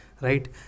Right